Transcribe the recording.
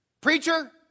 Preacher